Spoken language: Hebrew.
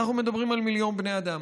אנחנו מדברים על מיליון בני אדם.